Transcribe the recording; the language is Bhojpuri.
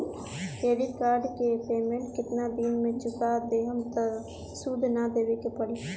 क्रेडिट कार्ड के पेमेंट केतना दिन तक चुका देहम त सूद ना देवे के पड़ी?